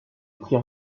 prix